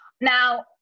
Now